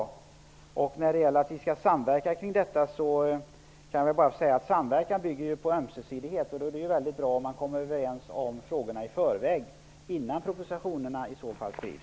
När det gäller talet om att vi skall samverka om detta vill jag säga att samverkan bygger på ömsesidighet. Då är det väldigt bra om man kommer överens om frågorna i förväg, innan propositionerna skrivs.